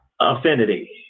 affinity